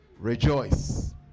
rejoice